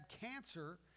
cancer